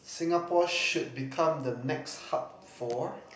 Singapore should become the next hub for